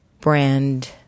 brand